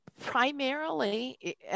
Primarily